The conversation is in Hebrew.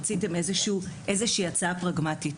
רציתם איזושהי הצעה פרגמטית.